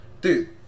dude